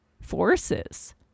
forces